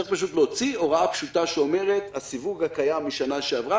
צריך פשוט להוציא הוראה פשוטה שאומרת: הסיווג הקיים משנה שעברה